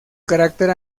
carácter